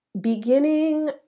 beginning